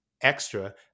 extra